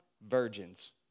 virgins